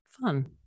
Fun